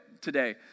today